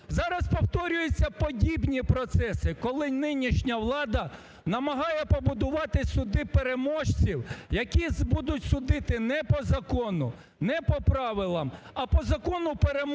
Зараз повторюються подібні процеси, коли нинішня влада намагається побудувати суди переможців, які будуть судити не по закону, не по правилам, а по закону переможців.